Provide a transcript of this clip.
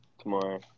tomorrow